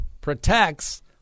protects